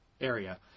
area